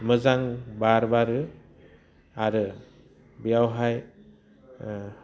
मोजां बार बारो आरो बेयावहाय